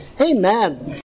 Amen